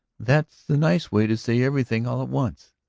that's the nice way to say everything all at once!